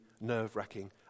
nerve-wracking